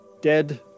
dead